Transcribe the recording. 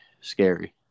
Scary